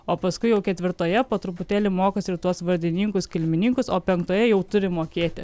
o paskui jau ketvirtoje po truputėlį mokosi ir tuos vardininkus kilmininkus o penktoje jau turi mokėti